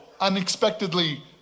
unexpectedly